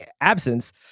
absence